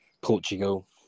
Portugal